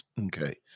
Okay